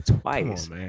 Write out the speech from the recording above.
twice